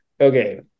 okay